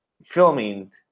Filming